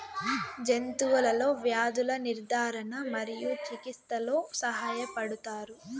జంతువులలో వ్యాధుల నిర్ధారణ మరియు చికిత్చలో సహాయపడుతారు